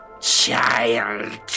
child